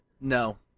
No